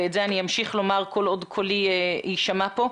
ואת זה אני ממשיך לומר כל עוד קולי יישמע פה.